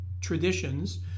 traditions